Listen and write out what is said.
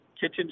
kitchen